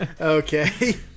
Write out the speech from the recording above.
Okay